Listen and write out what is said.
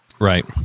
Right